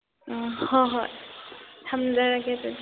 ꯑ ꯍꯣ ꯍꯣꯏ ꯊꯝꯖꯔꯒꯦ ꯑꯗꯨꯗꯤ